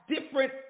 different